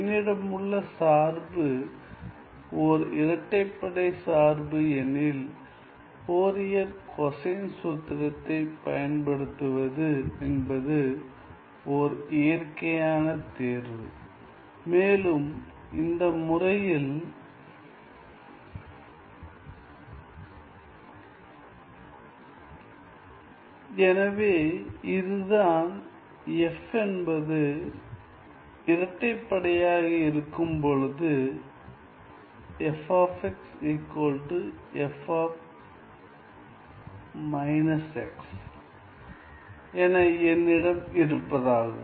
என்னிடமுள்ள சார்பு ஓர் இரட்டைப்படைசார்பு எனில் ஃபோரியர் கொசைன் சூத்திரத்தைப் பயன்படுத்துவது என்பது ஓர் இயற்கையான தேர்வு மேலும் இந்த முறையில் எனவே இதுதான் f என்பது இரட்டைப்படையாக இருக்கும் பொழுது f f−x என என்னிடம் இருப்பதாகும்